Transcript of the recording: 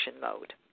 mode